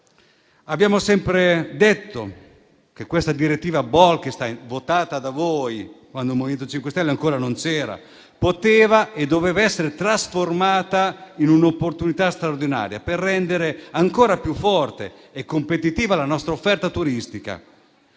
Abbiamo sempre detto che questa direttiva Bolkestein, votata da voi, quando il MoVimento 5 Stelle ancora non c'era, poteva e doveva essere trasformata in un'opportunità straordinaria, per rendere ancora più forte e competitiva la nostra offerta turistica,